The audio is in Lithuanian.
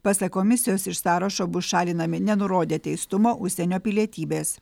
pasak komisijos iš sąrašo bus šalinami nenurodę teistumo užsienio pilietybės